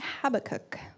Habakkuk